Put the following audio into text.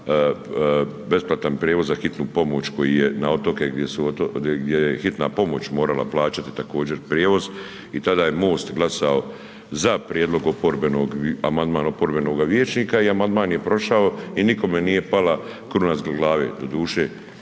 besplatan prijevoz za Hitnu pomoć koji je na otoke, gdje su, gdje je Hitna pomoć morala plaćati također prijevoz i tada je MOST glasao za prijedlog oporbenog, amandman oporbenog vijećnika i amandman je prošao i nikome nije pala kruna s glave. Doduše